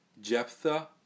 Jephthah